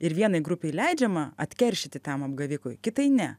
ir vienai grupei leidžiama atkeršyti tam apgavikui kitai ne